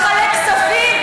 לחלק כספים?